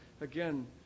again